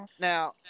Now